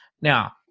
Now